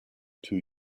two